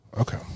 Okay